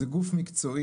זה גוף מקצועי.